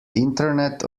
internet